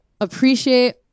appreciate